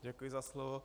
Děkuji za slovo.